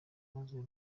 maze